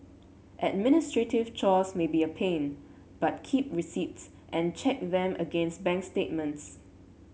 administrative chores may be a pain but keep receipts and check them against bank statements